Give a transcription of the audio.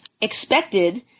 expected